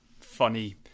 funny